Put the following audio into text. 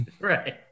Right